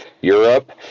Europe